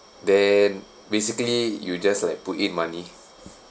then basically you just like put in money